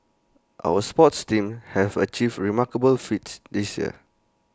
our sports teams have achieved remarkable feats this year